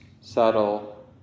subtle